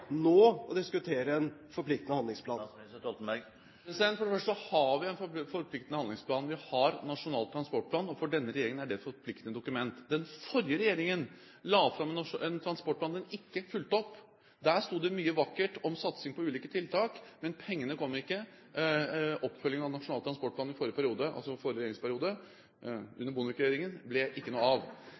nå for å diskutere en forpliktende handlingsplan? For det første har vi en forpliktende handlingsplan. Vi har en nasjonal transportplan, og for denne regjeringen er det et forpliktende dokument. Den forrige regjeringen la fram en transportplan som den ikke fulgte opp. Der sto det mye vakkert om satsing på ulike tiltak, men pengene kom ikke. Oppfølgingen av Nasjonal transportplan i forrige regjeringsperiode – under Bondevik-regjeringen – ble det ikke noe av.